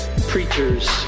preachers